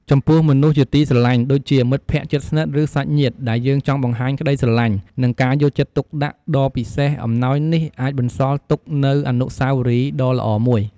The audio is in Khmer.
ចំពោះមនុស្សជាទីស្រឡាញ់ ដូចជា មិត្តភក្តិជិតស្និទ្ធ ឬសាច់ញាតិ ដែលយើងចង់បង្ហាញក្តីស្រឡាញ់ និងការយកចិត្តទុកដាក់ដ៏ពិសេសអំណោយនេះអាចបន្សល់ទុកនូវអនុស្សាវរីយ៍ដ៏ល្អមួយ។